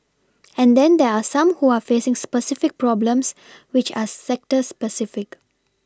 and then there are some who are facing specific problems which are sector specific